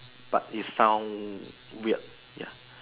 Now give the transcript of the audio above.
but it sound weird ya